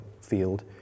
field